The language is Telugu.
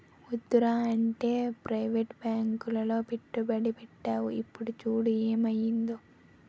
వద్దురా అంటే ప్రవేటు బాంకులో పెట్టుబడి పెట్టేవు ఇప్పుడు చూడు ఏమయిందో